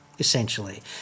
essentially